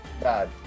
bad